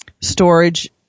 storage